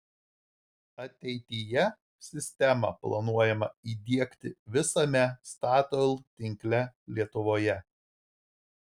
ateityje sistemą planuojama įdiegti visame statoil tinkle lietuvoje